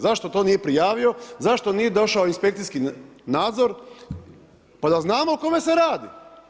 Zašto to nije prijavio, zašto nije došao inspekcijski nadzor, pa da znamo o kome se radi.